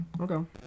Okay